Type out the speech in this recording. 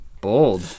Bold